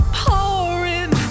pouring